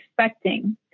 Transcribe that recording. expecting